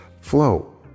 flow